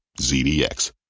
ZDX